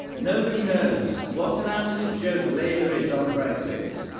nobody knows. what an absolute joke labour is on brexit.